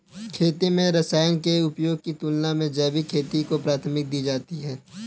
खेती में रसायनों के उपयोग की तुलना में जैविक खेती को प्राथमिकता दी जाती है